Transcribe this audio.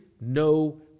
no